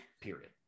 period